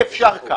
כך אי אפשר.